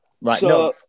Right